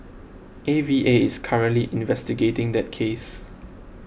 A V A is currently investigating that case